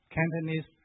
Cantonese